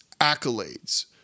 accolades